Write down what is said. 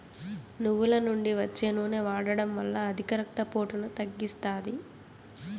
నువ్వుల నుండి వచ్చే నూనె వాడడం వల్ల అధిక రక్త పోటును తగ్గిస్తాది